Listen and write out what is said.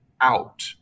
out